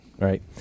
Right